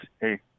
hey